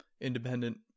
independent